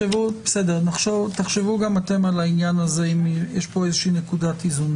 תחשבו על העניין הזה ועל נקודת האיזון.